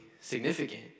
significant